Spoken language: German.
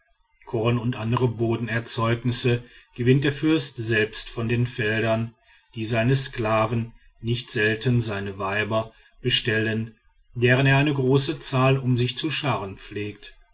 korn und andere bodenerzeugnisse gewinnt der fürst selbst von den feldern die seine sklaven nicht selten seine weiber bestellen deren er eine große zahl um sich zu scharen pflegt